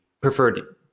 preferred